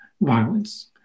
violence